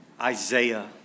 Isaiah